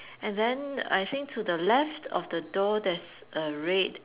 and then I think to the left of the door there's a red